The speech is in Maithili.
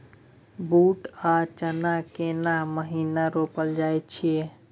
बूट आ चना केना महिना रोपल जाय छै?